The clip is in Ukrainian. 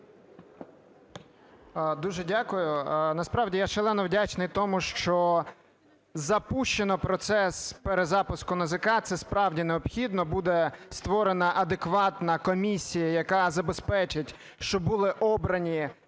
Дуже дякую. Насправді, я шалено вдячний тому, що запущено процес перезапуску НАЗК. Це справді необхідно, буде створена адекватна комісія, яка забезпечить, щоб були обрані